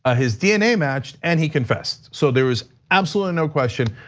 ah his dna matched and he confessed. so there was absolutely no question.